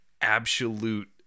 absolute